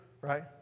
right